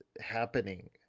happening